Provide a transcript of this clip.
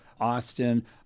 austin